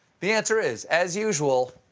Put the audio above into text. the answer is, as usual,